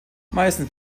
meistens